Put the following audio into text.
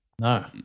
No